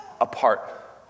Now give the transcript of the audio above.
apart